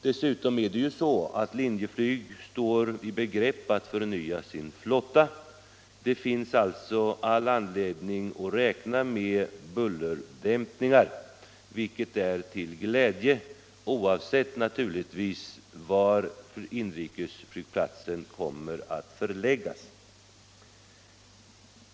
Dessutom står Linjeflyg i begrepp att förnya sin flotta. Det finns alltså all anledning att räkna med bullerdämpningar, vilket är till glädje oavsett var inrikesflygplatsen kommer att förläggas.